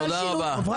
טוב, תודה רבה.